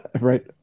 Right